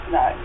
no